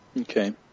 Okay